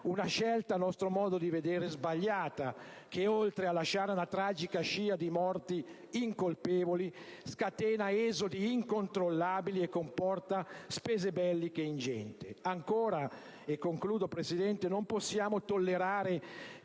una scelta a nostro modo di vedere sbagliata che, oltre a lasciare una tragica scia di morti incolpevoli, scatena esodi incontrollabili e comporta spese belliche ingenti. Ancora, non possiamo tollerare